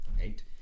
eight